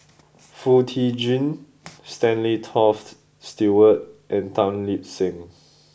Foo Tee Jun Stanley Toft Stewart and Tan Lip Seng